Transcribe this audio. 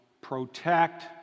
protect